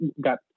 got